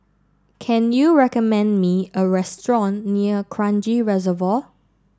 can you recommend me a restaurant near Kranji Reservoir